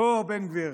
אוה, בן גביר.